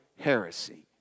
heresy